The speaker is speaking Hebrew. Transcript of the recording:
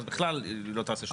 אז בכלל היא לא תעשה שום דבר.